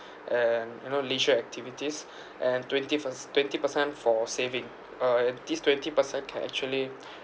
and you know leisure activities and twenty first twenty percent for saving uh this twenty percent can actually